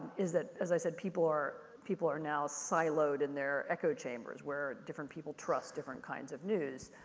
is that, as i said, people are people are now siloed in their echo chambers where different people trust different kinds of news.